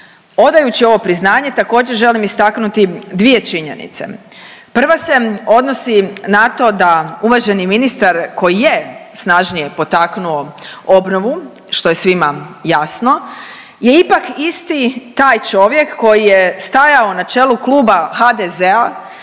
odajući ovo priznanje također želim istaknuti dvije činjenice. Prva se odnosi na to da uvaženi ministar koji je snažnije potaknuo obnovu, što je svima jasno, je ipak isti taj čovjek koji je stajao na čelu kluba HDZ-a